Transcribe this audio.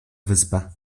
wyspę